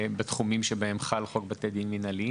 בתחומים שבהם חל חוק בתי דין מינהליים?